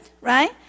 Right